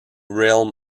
realm